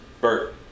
Bert